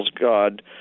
God